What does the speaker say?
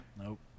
Nope